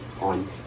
on